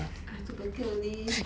I have two packet only